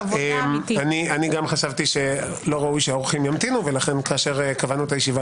חשבתי גם אני שלא ראוי שהאורחים ימתינו לכן כשקבענו את הישיבה